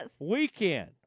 weekend